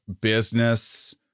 business